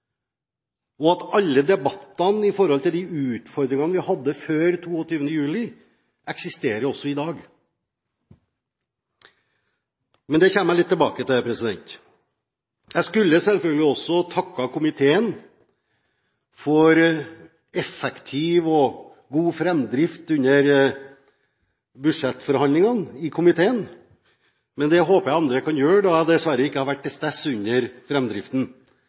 og at alle debattene med tanke på de utfordringene vi hadde før 22. juli, eksisterer også i dag, men det kommer jeg litt tilbake til. Jeg skulle selvfølgelig også takket komiteen for effektiv og god framdrift under budsjettforhandlingene i komiteen, men det håper jeg andre kan gjøre da jeg dessverre ikke har vært til stede under